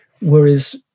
whereas